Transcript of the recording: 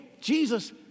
Jesus